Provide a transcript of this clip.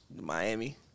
Miami